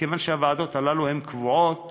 ומכיוון שהוועדות הללו הן קבועות,